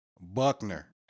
Buckner